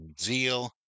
zeal